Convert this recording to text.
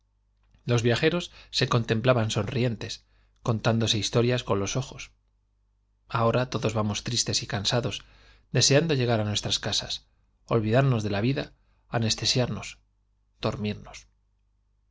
los viajeros se corn templaban sonrientes contándose historias con los ojos ahora todos vamos tristes y cansados deseando llegar á nuestras casas olvidarnos de la vida aneste siarnos dormirnos esos